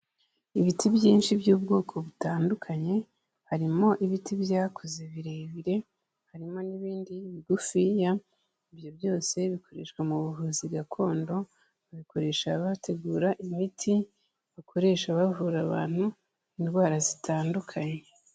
Ibiti byinshi by'ubwoko butandukanye harimo ibiti byakuze birebire, harimo n'ibindi bigufiya, ibyo byose bikoreshwa mu buvuzi gakondo, babikoresha bategura imiti bakoresha bavura abantu indwara zitandukanye.